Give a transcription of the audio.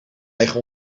eigen